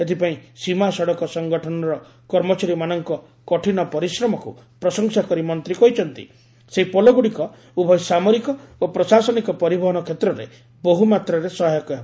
ଏଥିପାଇଁ ସୀମା ସଡ଼କ ସଂଗଠନର କର୍ମଚାରୀମାନଙ୍କ କଠିନ ପରିଶ୍ରମକୁ ପ୍ରଶ ସା କରି ମନ୍ତ୍ରୀ କହିଛନ୍ତି ସେହି ପୋଲଗୁଡ଼ିକ ଉଭୟ ସାମରିକ ଓ ପ୍ରଶାସନିକ ପରିବହନ କ୍ଷେତ୍ରରେ ବହୁମାତାରେ ସହାୟକ ହେବ